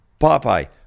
Popeye